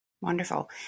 Wonderful